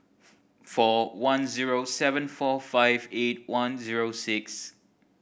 four one zero seven four five eight one zero six